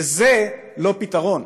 וזה לא פתרון.